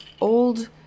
old